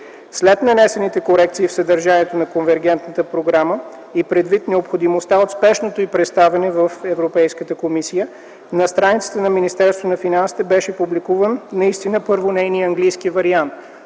След нанесените корекции в съдържанието на Конвергентната програма и предвид необходимостта от спешното й представяне в Европейската комисия, на страницата на Министерство на финансите беше публикуван наистина първо нейният английски вариант